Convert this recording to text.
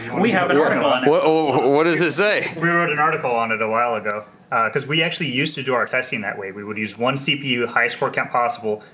we have an article ah on it. oh, what does it say? we wrote an article on it a while ago because we actually used to do our testing that way. we would use one cpu, highest score count possible,